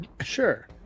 Sure